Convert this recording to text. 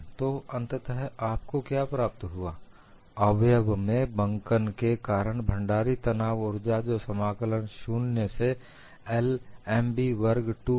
तो अंततः आपको क्या प्राप्त हुआ अवयव में बंकन के कारण भंडारित तनाव उर्जा जो समाकलन 0 से L Mb वर्ग 2E Iz गुणा dx है